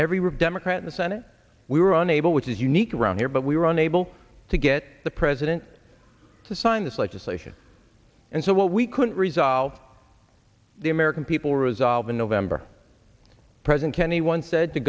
word democrat in the senate we were unable which is unique around here but we were unable to get the president to sign this legislation and so what we couldn't resolve the american people resolve in november president kennedy once